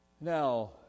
Now